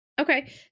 Okay